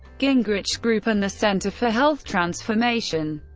gingrich group and the center for health transformation